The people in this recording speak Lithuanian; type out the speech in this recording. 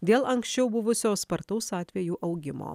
dėl anksčiau buvusio spartaus atvejų augimo